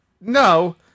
No